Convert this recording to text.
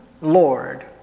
Lord